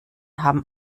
haben